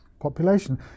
population